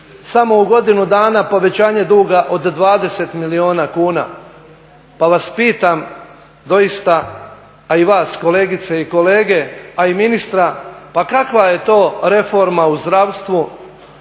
samo u godinu dana povećanje druga od 20 milijuna kuna. Pa vas pitam doista, a i vas kolegice i kolege, a i ministra pa kakva je to reforma u zdravstvu,